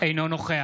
אינו נוכח